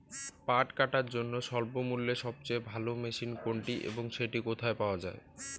পাট কাটার জন্য স্বল্পমূল্যে সবচেয়ে ভালো মেশিন কোনটি এবং সেটি কোথায় পাওয়া য়ায়?